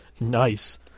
Nice